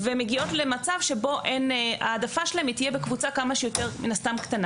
ומגיעות למצב שבו ההעדפה שלהן תהיה בקבוצה כמה שיותר קטנה.